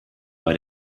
bei